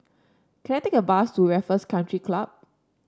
can I take a bus to Raffles Country Club